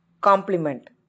complement